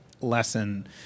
lesson